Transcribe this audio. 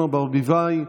אורנה ברביבאי,